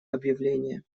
объявление